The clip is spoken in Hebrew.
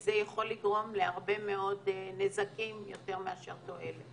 וזה יכול לגרום להרבה מאוד נזקים יותר מאשר תועלת.